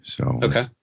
Okay